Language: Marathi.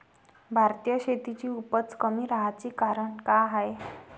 भारतीय शेतीची उपज कमी राहाची कारन का हाय?